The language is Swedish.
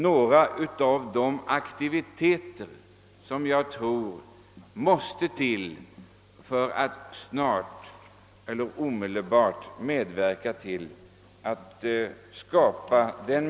Jag tror att detta är några aktiviteter som omedelbart måste till, om vi skall kunna skapa och bibehålla den miljö som alla i framtiden kommer att vara så beroende av.